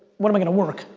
what am i gonna work,